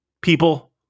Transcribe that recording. people